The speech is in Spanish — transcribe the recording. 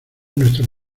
nuestras